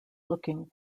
looking